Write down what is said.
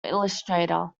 illustrator